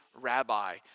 rabbi